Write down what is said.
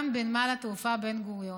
אני דיברתי.